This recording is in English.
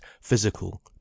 physical